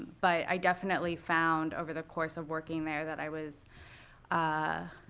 but i definitely found, over the course of working there, that i was ah